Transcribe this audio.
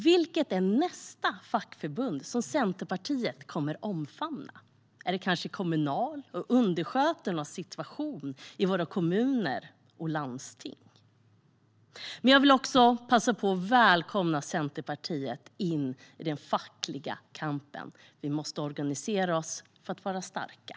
Vilket är nästa fackförbund som Centerpartiet kommer att omfamna? Är det kanske Kommunal, med tanke på undersköterskornas situation i våra kommuner och landsting? Men jag vill också passa på att välkomna Centerpartiet in i den fackliga kampen. Vi måste organisera oss för att vara starka.